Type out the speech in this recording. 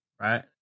right